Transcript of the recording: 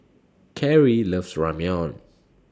Kerrie loves Ramyeon